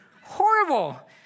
Horrible